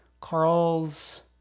Carl's